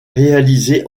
réalisé